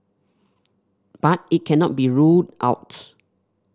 but it cannot be ruled out